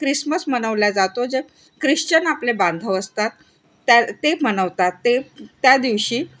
Christmas मनवल्या जातो जे ख्रिश्चन आपले बांधव असतात त्या ते मनवतात ते त्या दिवशी